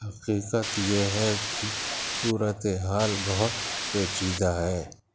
حقیقت یہ ہے کہ صورت حال بہت پیچیدہ ہے